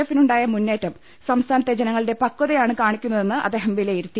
എഫിനുണ്ടായ മുന്നേറ്റം സംസ്ഥാ നത്തെ ജനങ്ങളുടെ പക്തയാണ് കാണിക്കുന്നതെന്ന് അദ്ദേഹം വിലയിരുത്തി